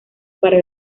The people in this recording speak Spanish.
para